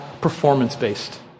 performance-based